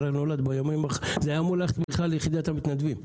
זה אמור היה ללכת ליחידת המתנדבים.